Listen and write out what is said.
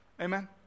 Amen